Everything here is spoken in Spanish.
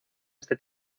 este